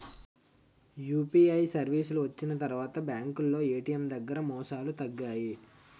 UPI సర్వీసులు వచ్చిన తర్వాత బ్యాంకులో ఏటీఎం దగ్గర మోసాలు తగ్గాయి